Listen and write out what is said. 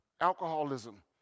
alcoholism